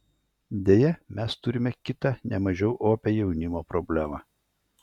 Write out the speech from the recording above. deja mes turime kitą ne mažiau opią jaunimo problemą